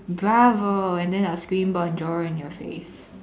Bravo and then I'll scream Bonjour in you face